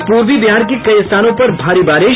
और पूर्वी बिहार में कई स्थानों पर भारी बारिश